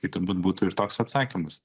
tai turbūt būtų ir toks atsakymas